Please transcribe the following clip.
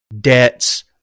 debts